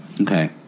Okay